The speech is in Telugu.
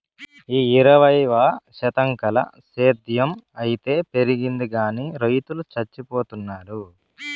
ఈ ఇరవైవ శతకంల సేద్ధం అయితే పెరిగింది గానీ రైతులు చచ్చిపోతున్నారు